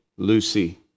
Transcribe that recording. Lucy